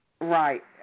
Right